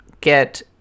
get